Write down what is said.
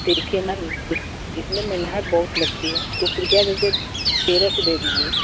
देखिए मैम इस इसमें मेहनत बहुत लगती है तो कृपया कर के तेरह सौ दे दीजिए